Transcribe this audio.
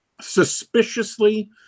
suspiciously